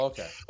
Okay